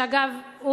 שאגב,